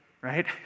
right